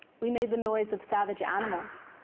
we made the noise of savage animals,